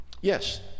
Yes